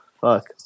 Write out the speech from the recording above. Fuck